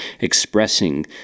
expressing